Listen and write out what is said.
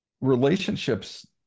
relationships